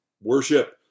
worship